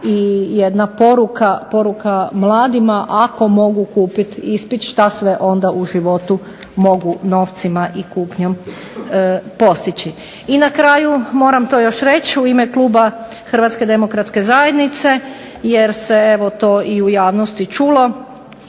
i jedna poruka mladima ako mogu kupiti ispit šta sve onda u životu mogu novcima i kupnjom postići. I na kraju moram to još reći u ime kluba Hrvatske demokratske zajednice, jer se evo to i u javnosti čulo,